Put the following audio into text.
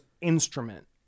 instrument